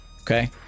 okay